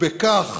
ובכך